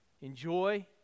enjoy